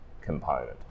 component